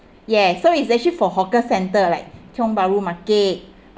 yes so it's actually for hawker center like tiong bahru market